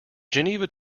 geneva